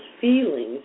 feelings